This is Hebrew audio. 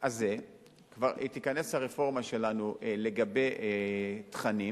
הזה תיכנס הרפורמה שלנו לגבי תכנים,